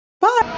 Bye